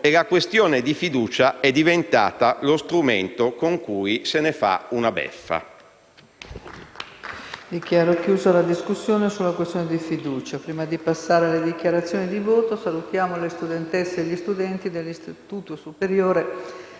e la questione di fiducia è diventata lo strumento con cui se ne fa beffa.